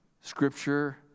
Scripture